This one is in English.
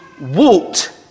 walked